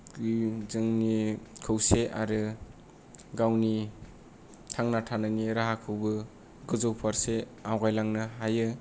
जोंनि खौसे आरो गावनि थांना थानायनि राहाखौबो गोजौ फारसे आवगायलांनो हायो